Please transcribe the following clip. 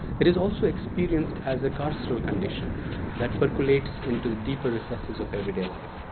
it is also experienced as a carceral condition that percolates into the deeper recesses of everyday life,